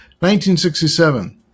1967